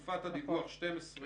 הרי מי שמשיג זה מקבלי מסרונים.